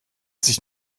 sich